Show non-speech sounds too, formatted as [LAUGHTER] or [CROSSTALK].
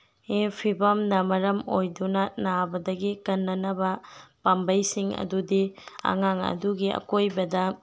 [UNINTELLIGIBLE] ꯐꯤꯕꯝꯅ ꯃꯔꯝ ꯑꯣꯏꯗꯨꯅ ꯅꯥꯕꯗꯒꯤ ꯀꯟꯅꯅꯕ ꯄꯥꯝꯕꯩꯁꯤꯡ ꯑꯗꯨꯗꯤ ꯑꯉꯥꯡ ꯑꯗꯨꯒꯤ ꯑꯀꯣꯏꯕꯗ